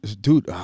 dude